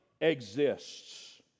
exists